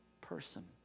person